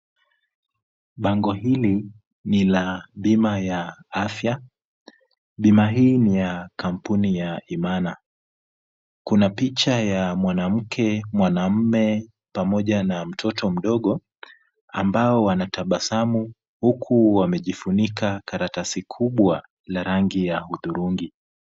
Bango hili ni la bima ya afya, bima hii ni ya kampuni ya Imana. Kuna picha ya mwanamke, mwanamume, pamoja na mdogo ambao wanatabasamu huku wamejifunika karatasi kubwa la rangi ya hudhurungi.